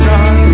God